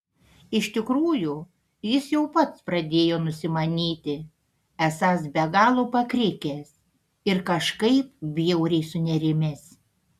iš tikrųjų jis jau pats pradėjo nusimanyti esąs be galo pakrikęs ir kažkaip bjauriai sunerimęs